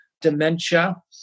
dementia